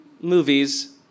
movies